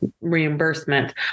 reimbursement